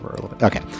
Okay